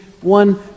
one